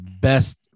best